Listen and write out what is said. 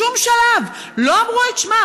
בשום שלב לא אמרו את שמה.